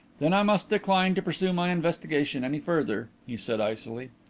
then i must decline to pursue my investigation any further, he said icily.